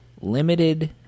limited